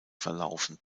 verlaufen